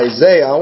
Isaiah